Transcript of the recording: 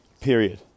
period